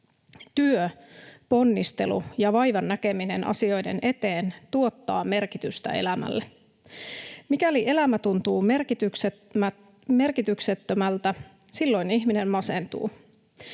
Työ, ponnistelu ja vaivan näkeminen asioiden eteen tuottavat merkitystä elämälle. Mikäli elämä tuntuu merkityksettömältä, silloin ihminen masentuu.